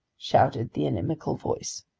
shouted the inimical voice.